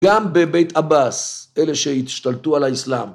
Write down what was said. גם בבית אבס, אלה שהשתלטו על האסלאם.